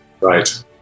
Right